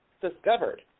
discovered